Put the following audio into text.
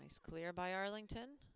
nice clear by arlington